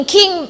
King